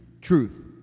Truth